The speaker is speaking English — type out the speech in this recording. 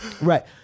Right